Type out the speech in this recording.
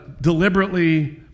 deliberately